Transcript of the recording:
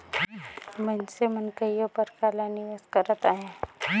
मइनसे मन कइयो परकार ले निवेस करत अहें